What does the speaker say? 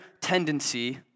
tendency